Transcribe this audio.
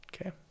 Okay